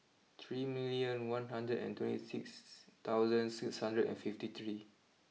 three million one hundred and twenty six thousand six hundred and fifty three